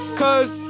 cause